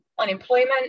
unemployment